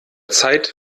zeit